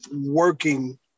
working